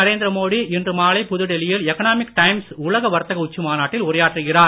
நரேந்திர மோடி இன்று மாலை புதுடெல்லியில் எக்னாமிக் டைம்ஸ் உலக வர்த்தக உச்சி மாநாட்டில் உரையாற்றுகிறார்